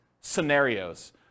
scenarios